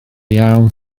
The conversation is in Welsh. iawn